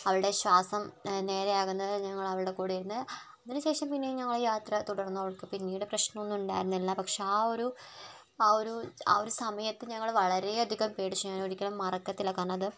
അവളുടെ ശ്വാസം നേരെ ആകുന്നത് വരെ ഞങ്ങൾ അവളുടെ കൂടെ ഇരുന്ന് അതിന് ശേഷം പിന്നെയും ഞങ്ങൾ യാത്ര തുടർന്നു പിന്നീട് അവൾക്ക് പ്രശ്നം ഒന്നും ഉണ്ടായിരുന്നില്ല പക്ഷേ ആ ഒരു ആ ഒരു ആ ഒരു സമയത്ത് ഞങ്ങൾ വളരെ അധികം പേടിച്ചു ഞാൻ ഒരിക്കലും മറക്കത്തില്ല കാരണം അത്